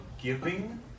giving